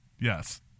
Yes